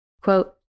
Quote